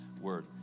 Word